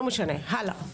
לא משנה, הלאה.